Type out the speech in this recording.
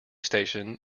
station